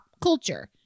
culture